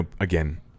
again